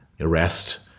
arrest